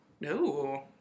no